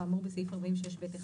כאמור בסעיף 46(ב)(1),